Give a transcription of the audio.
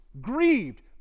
Grieved